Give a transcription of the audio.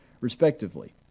respectively